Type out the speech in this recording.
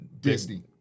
Disney